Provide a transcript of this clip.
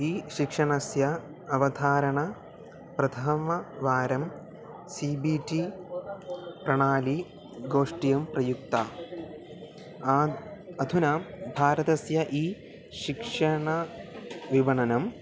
E शिक्षणस्य अवधारणं प्रथमवारं सी बी टी प्रणाली गोष्टियं प्रयुक्ता आद् अधुना भारतस्य ई शिक्षणविरणम्